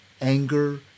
anger